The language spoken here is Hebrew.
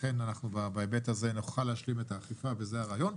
לכן אנחנו בהיבט הזה נוכל להשלים את האכיפה וזה הרעיון.